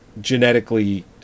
Genetically